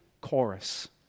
chorus